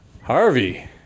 Harvey